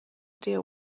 deal